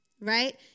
right